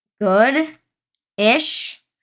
good-ish